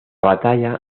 batalla